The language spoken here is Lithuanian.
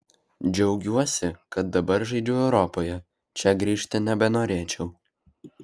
džiaugiuosi kad dabar žaidžiu europoje čia grįžti nebenorėčiau